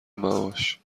معاش